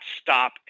stop